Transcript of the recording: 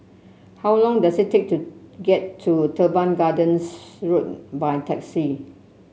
how long does it take to get to Teban Gardens Road by taxi